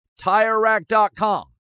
TireRack.com